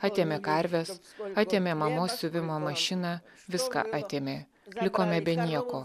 atėmė karves atėmė mamos siuvimo mašiną viską atėmė likome be nieko